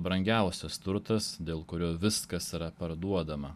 brangiausias turtas dėl kurio viskas yra parduodama